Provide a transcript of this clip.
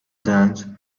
dance